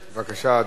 אדוני, בבקשה.